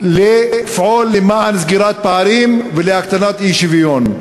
לפעול לסגירת פערים ולהקטנת האי-שוויון.